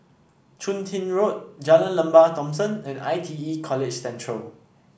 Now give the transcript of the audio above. Chun Tin Road Jalan Lembah Thomson and I T E College Central